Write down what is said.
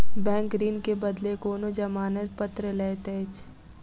bank ऋण के बदले कोनो जमानत पत्र लैत अछि